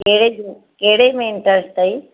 कहिड़े ग्रूप कहिड़े में इंटरस्ट अथेई